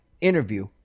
interview